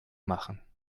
machen